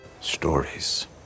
Stories